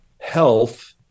health